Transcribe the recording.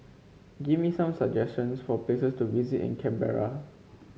give me some suggestions for places to visit in Canberra